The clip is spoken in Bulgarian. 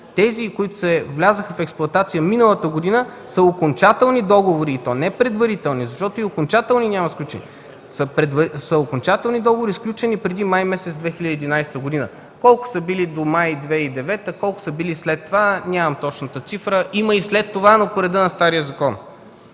Тези, които влязоха в експлоатация миналата година, са окончателни договори, и то не предварителни, защото и окончателни няма сключени, окончателни договори са сключени преди месец май 2011 г. Колко са били до май 2009 г., колко са били след това – нямам точната цифра? Има и след това, но това е по реда на стария закон.